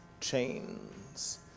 chains